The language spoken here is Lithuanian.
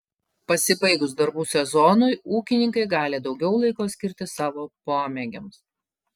pasibaigus darbų sezonui ūkininkai gali daugiau laiko skirti savo pomėgiams